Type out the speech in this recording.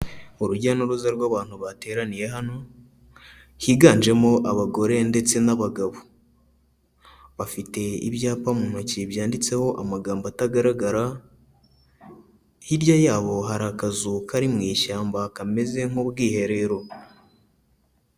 Urujya n'uruza rw'abantu bateraniye hano, higanjemo abagore ndetse n'abagabo, bafite ibyapa mu ntoki byanditseho amagambo atagaragara, hirya yabo hari akazu kari mu ishyamba kameze nk'ubwiherero.